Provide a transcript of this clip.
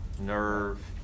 nerve